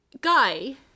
guy